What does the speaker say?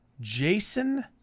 Jason